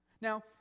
Now